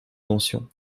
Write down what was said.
pensions